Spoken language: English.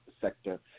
sector